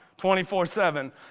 24-7